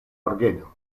orgeno